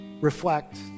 reflect